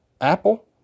Apple